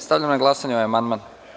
Stavljam na glasanje ovaj amandman.